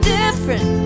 different